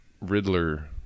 Riddler